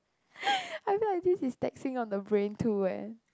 I feel like this is taxing on the brain too eh